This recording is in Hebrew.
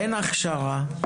אין הכשרה,